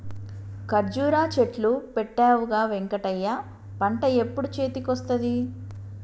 కర్జురా చెట్లు పెట్టవుగా వెంకటయ్య పంట ఎప్పుడు చేతికొస్తది